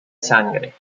sangre